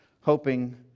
hoping